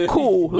Cool